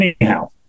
anyhow